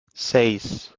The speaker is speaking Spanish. seis